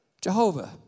Jehovah